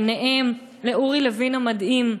ביניהן מא"ל המדהים,